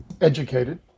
educated